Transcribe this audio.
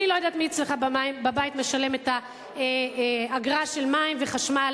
אני לא יודעת מי אצלך בבית משלם את האגרה של המים והחשמל,